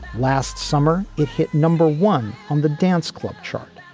last summer, it hit number one on the dance club chart.